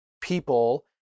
people